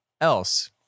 else